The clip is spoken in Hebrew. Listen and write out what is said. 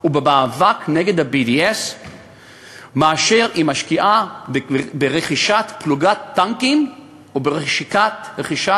ובמאבק נגד ה-BDS מאשר היא משקיעה ברכישת פלוגת טנקים או ברכישת